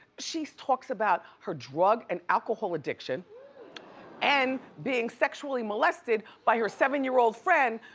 she talks about her drug and alcohol addiction and being sexually molested by her seven-year-old friend,